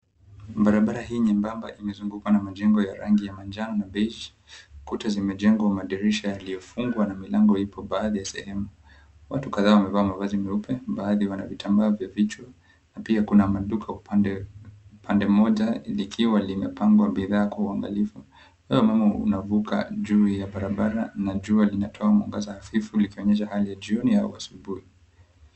Barabara hii nyembamba imezungukwa na majengo ya rangi ya manjano na beige . Kuta zimejengwa madirisha yaliyofungwa na milango ipo baadhi ya sehemu. Watu kadhaa wamevaa mavazi meupe, baadhi wana vitambaa vya vichwa, na pia kuna maduka upande mmoja likiwa limepangwa bidhaa kwa uangalifu. Waya wa umeme unavuka juu ya barabara na jua linatoa mwangaza hafifu likionyesha hali ya jioni au asubuhi.